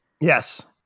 Yes